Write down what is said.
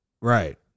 right